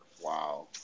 Wow